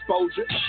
exposure